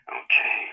okay